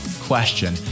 question